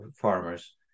farmers